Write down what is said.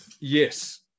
Yes